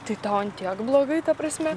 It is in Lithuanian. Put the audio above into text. tai tau ant tiek blogai ta prasme